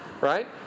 right